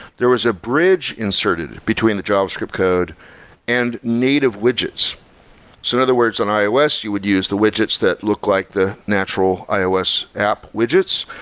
there was a bridge inserted between the javascript code and native widgets. so in other words, on ios, you would use the widgets that look like the natural ios app widgets.